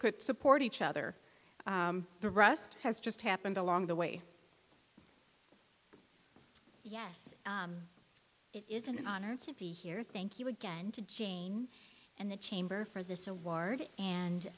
could support each other the rust has just happened along the way yes it is an honor to be here thank you again to jean and the chamber for this award and